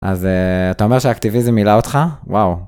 אז אתה אומר שהאקטיביזם מילא אותך? וואו.